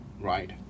right